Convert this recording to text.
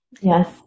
Yes